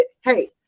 hey